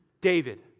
David